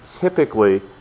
typically